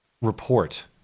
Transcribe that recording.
Report